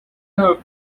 her